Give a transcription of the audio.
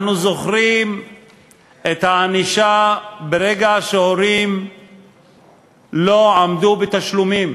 אנחנו זוכרים את הענישה ברגע שהורים לא עמדו בתשלומים.